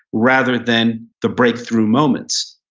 rather than the breakthrough moments.